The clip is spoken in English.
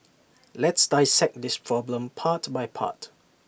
let's dissect this problem part by part